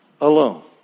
alone